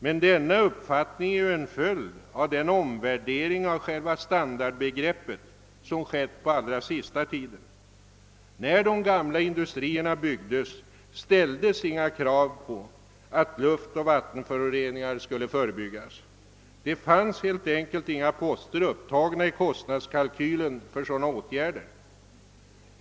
Men denna uppfattning är en följd av den omvärdering av själva standardbegreppet som skett den allra senaste tiden. När de gamla industrierna byggdes, ställdes inga krav på att luftoch vattenföroreningar skulle förebyggas. Det fanns helt enkelt inga poster upptagna i kostnadskalkylen för sådana åtgärder.